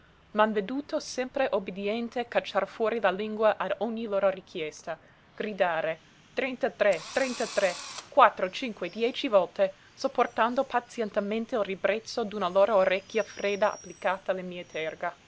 m'han veduto sempre obbediente cacciar fuori la lingua a ogni loro richiesta gridare trentatré-trentatré quattro cinque dieci volte sopportando pazientemente il ribrezzo d'una loro orecchia fredda applicata alle mie terga